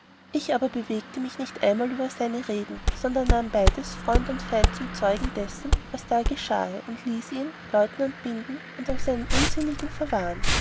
ich aber bewegte mich nicht einmal über seine reden sondern nahm beides freund und feind zum zeugen dessen was da geschahe und ließ ihn leutenant binden und als einen unsinnigen verwahren